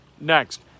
next